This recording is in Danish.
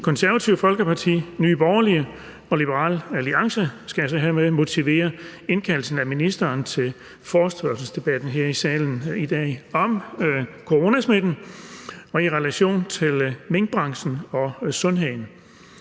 Konservative Folkeparti, Nye Borgerlige og Liberal Alliance skal jeg hermed motivere indkaldelsen af ministeren til forespørgselsdebatten her i salen i dag om coronasmitten i relation til minkbranchen og sundheden.